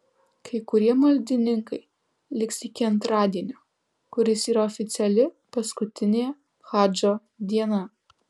kai kurie maldininkai liks iki antradienio kuris yra oficiali paskutinė hadžo diena